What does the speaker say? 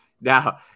now